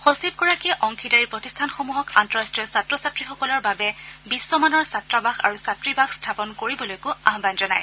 সচিবগৰাকীয়ে অংশীদাৰী প্ৰতিষ্ঠানসমূহক আন্তঃৰাষ্টীয় ছাত্ৰ ছাত্ৰীসকলৰ বাবে বিশ্বমানৰ ছাত্ৰাৱাস আৰু ছাত্ৰীৱাস স্থাপন কৰিবলৈও আহান জনায়